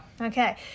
Okay